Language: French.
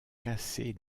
casser